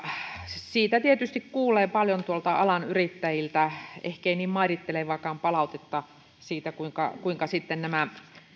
siitä tietysti kuulee alan yrittäjiltä paljon ehkei niin mairittelevaakaan palautetta siitä kuinka kuinka nämä